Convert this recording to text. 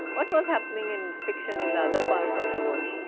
what was happening in fiction in other parts of the world?